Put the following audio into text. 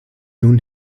nun